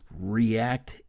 React